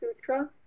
Sutra